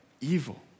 Evil